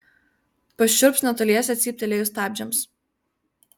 pašiurps netoliese cyptelėjus stabdžiams